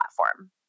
platform